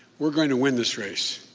we're going and win this race.